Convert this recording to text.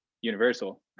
universal